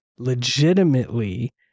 Legitimately